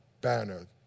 banner